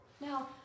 now